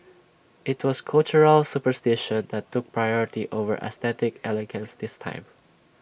IT was cultural superstition that took priority over aesthetic elegance this time